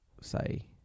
say